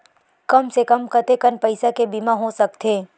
कम से कम कतेकन पईसा के बीमा हो सकथे?